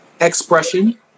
expression